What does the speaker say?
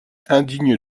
indigne